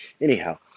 anyhow